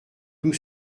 tout